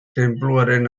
tenpluaren